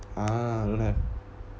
ah don't have